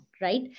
right